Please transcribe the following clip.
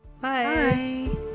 Bye